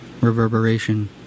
reverberation